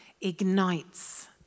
ignites